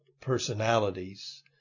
personalities